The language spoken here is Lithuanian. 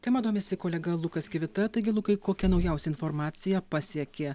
tema domisi kolega lukas kivita taigi lukai kokia naujausia informacija pasiekė